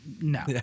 no